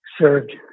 served